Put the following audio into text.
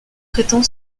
prétend